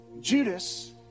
Judas